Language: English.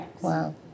Wow